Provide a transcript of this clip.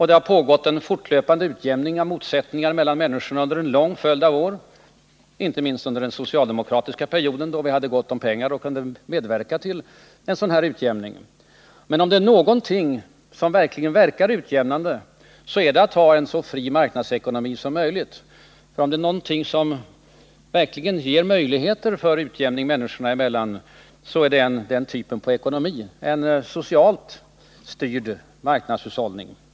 Det har pågått en fortlöpande utjämning av motsättningarna mellan människorna under en lång följd av år, inte minst under den socialdemokratiska perioden, då vi hade gott om pengar och kunde medverka till en sådan utjämning. Men om det är någonting som verkligen verkar utjämnande, så är det att ha en så fri marknadsekonomi som möjligt. Och om det är någonting som verkligen ger möjligheter för utjämning människor emellan, så är det den typen av ekonomi, en socialt styrd marknadshushållning.